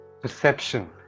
perception